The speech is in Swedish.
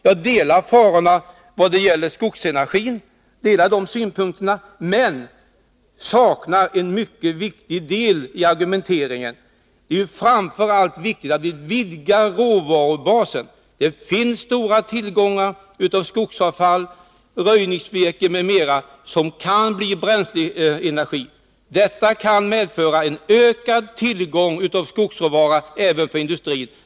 Jag delar farhågorna vad gäller skogsenergin, men jag saknar en mycket viktig del i argumenteringen. Det är framför allt viktigt att vi vidgar råvarubasen. Det finns stora tillgångar av skogsavfall, röjningsvirke m.m. som kan bli bränsle vid energiframställning. Detta kan medföra en ökad tillgång av skogsråvara även för industrin.